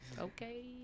Okay